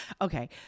okay